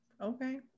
Okay